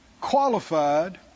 qualified